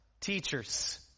teachers